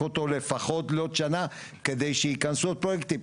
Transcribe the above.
אותו לפחות לעוד שנה כדי שייכנסו עוד פרויקטים.